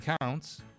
counts